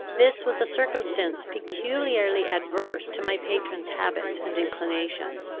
this was a circumstance peculiarly adverse to my patron's habits and inclinations.